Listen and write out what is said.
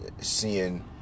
seeing